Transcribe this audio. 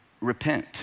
repent